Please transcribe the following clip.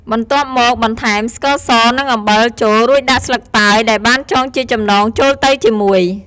បន្ទាប់មកបន្ថែម ស្ករស និង អំបិល ចូល រួចដាក់ស្លឹកតើយ ដែលបានចងជាចំណងចូលទៅជាមួយ។